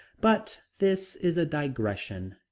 but this is a digression.